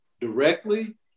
directly